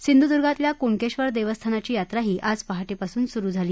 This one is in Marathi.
सिंधुदर्गातल्या कुणकेश्व देवस्थानाची यात्राही आज पहाटेपासून सुरु झाली